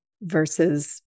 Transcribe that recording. versus